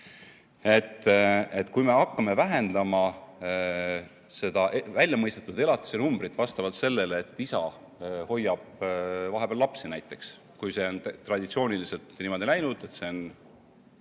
Kui me hakkame vähendama seda väljamõistetud elatise suurust vastavalt sellele, et isa hoiab vahepeal lapsi, näiteks. Kui see on traditsiooniliselt niimoodi läinud, et see on